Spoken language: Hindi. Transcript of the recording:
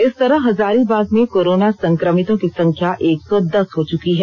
इस तरह हजारीबाग में कोरोना संक्रमितों की संख्या एक सौ दस हो चुकी है